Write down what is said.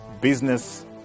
business